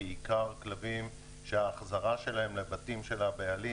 בעיקר כלבים שההחזרה שלהם לבתים של הבעלים